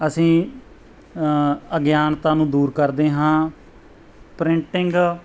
ਅਸੀਂ ਅਗਿਆਨਤਾ ਨੂੰ ਦੂਰ ਕਰਦੇ ਹਾਂ ਪ੍ਰਿੰਟਿੰਗ